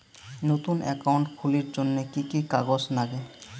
নতুন একাউন্ট খুলির জন্যে কি কি কাগজ নাগে?